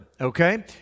okay